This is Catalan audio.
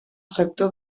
sector